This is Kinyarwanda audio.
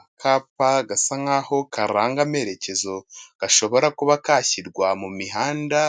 Akapa gasa nkaho karanga amerekezo gashobora kuba kashyirwa mu mihanda